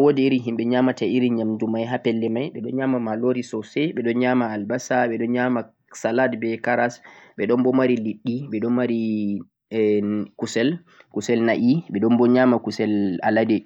woodi irin yimɓe nyaamata irin nyaamndu may haa pelle may. Ɓe ɗo nyaama maaloori soosay, ɓe ɗo nyaama albasa, ɓe ɗo nyaama salad be karas, ɓe ɗon boo mari liɗɗi, ɓe ɗon mari hnm- kusel, kusel na'i, ɓe ɗon boo nyaama kusel alade.